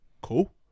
cool